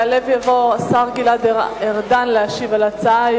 יעלה ויבוא השר גלעד ארדן להשיב על ההצעה.